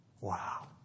Wow